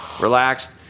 relaxed